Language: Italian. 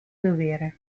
dovere